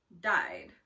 died